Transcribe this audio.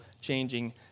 changing